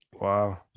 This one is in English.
Wow